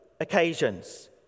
occasions